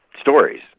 stories